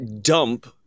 dump